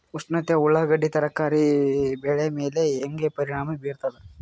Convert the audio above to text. ಉಷ್ಣತೆ ಉಳ್ಳಾಗಡ್ಡಿ ತರಕಾರಿ ಬೆಳೆ ಮೇಲೆ ಹೇಂಗ ಪರಿಣಾಮ ಬೀರತದ?